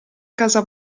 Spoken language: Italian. casa